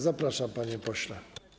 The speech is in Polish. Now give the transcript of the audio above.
Zapraszam, panie pośle.